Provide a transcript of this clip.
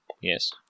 Yes